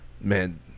man